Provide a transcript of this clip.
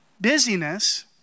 Busyness